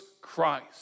Christ